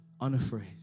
unafraid